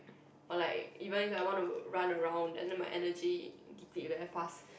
all like even if I want to run around then my energy deep it very fast